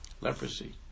Leprosy